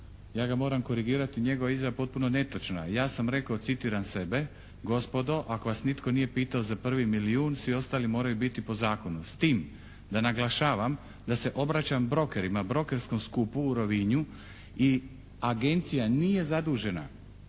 ja ga moram korigirati, njegova je izjava potpuno netočna. Ja sam rekao, citiram sebe: "Gospodo ako vas nitko nije pitao za prvi milijun svi ostali moraju biti po zakonu". S tim da naglašavam, da se obraćam brokerima, brokerskom skupu u Rovinju i agencija nije zadužena